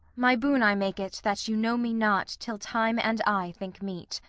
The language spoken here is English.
my boon i make it that you know me not till time and i think meet.